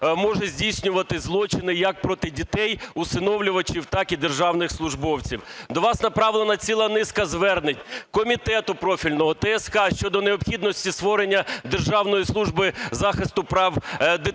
може здійснювати злочини, як проти дітей, усиновлювачів, так і державних службовців. До вас направлена ціла низка звернень комітету профільного, ТСК щодо необхідності створення Державної служби захисту прав дитини.